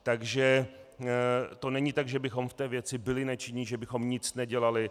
Takže to není tak, že bychom v té věci byli nečinní, že bychom nic nedělali.